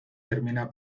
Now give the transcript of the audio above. termina